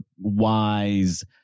wise